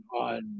on